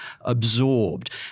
absorbed